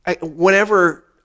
Whenever